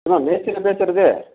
என்ன மேஸ்திரியா பேசுவது